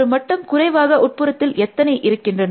ஒரு மட்டம் குறைவாக உட்புறத்தில் எத்தனை இருக்கின்றன